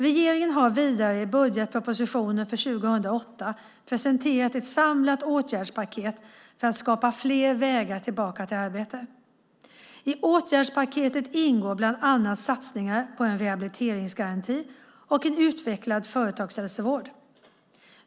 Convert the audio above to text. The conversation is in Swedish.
Regeringen har vidare i budgetpropositionen för 2008 presenterat ett samlat åtgärdspaket för att skapa fler vägar tillbaka till arbete. I åtgärdspaketet ingår bland annat satsningar på en rehabiliteringsgaranti och en utvecklad företagshälsovård.